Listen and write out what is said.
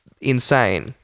insane